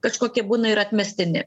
kažkokie būna ir atmestini